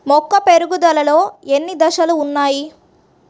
మొక్క పెరుగుదలలో ఎన్ని దశలు వున్నాయి?